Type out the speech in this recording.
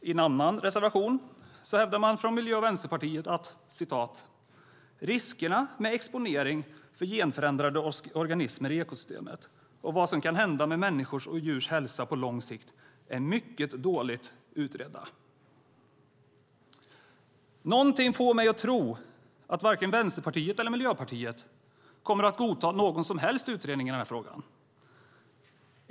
I en annan reservation hävdar man från Miljöpartiet och Vänsterpartiet: "Riskerna med exponering för genförändrade organismer i ekosystemen och vad som händer med människors och djurs hälsa på lång sikt är mycket dåligt utredda." Någonting får mig att tro att varken Vänsterpartiet eller Miljöpartiet kommer att godta någon som helst utredning i frågan.